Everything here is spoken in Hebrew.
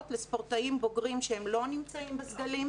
לספורטאים בוגרים שהם לא נמצאים בסגלים,